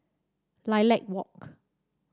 Lilac Walk